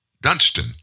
Dunstan